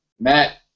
Matt